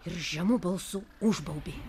ir žemu balsu užbaubė